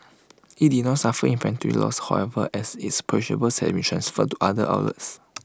IT did not suffer inventory losses however as its perishables had been transferred to other outlets